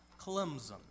Clemson